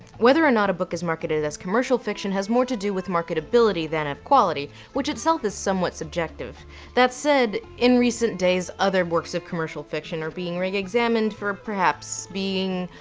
whether or not a book is marketed as commercial fiction has more to do with marketability than of quality. which itself is somewhat subjective that said, in recent days other works of commercial fiction are being reexamined for perhaps being.